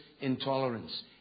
intolerance